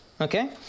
okay